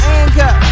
anger